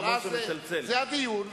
אבל אז זה הדיון,